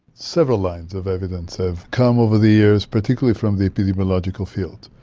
several lines of evidence have come over the years, particularly from the epidemiological field.